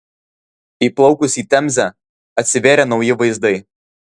įplaukus į temzę atsivėrė nauji vaizdai